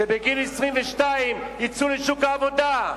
שבגיל 22 יצאו לשוק העבודה,